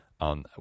on